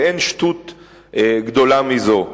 ואין שטות גדולה מזה,